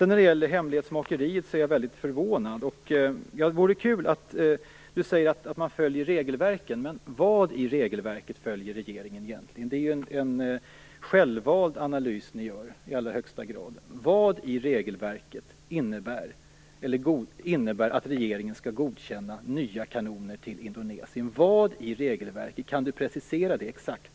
När det gäller hemlighetsmakeriet är jag väldigt förvånad. Leif Pagrotsky säger att man följer regelverket. Men vad i regelverket följer regeringen egentligen? Det är i allra högsta grad en självvald analys ni gör. Vad i regelverket innebär att regeringen skall godkänna nya kanoner till Indonesien? Kan Leif Pagrotsky precisera det exakt?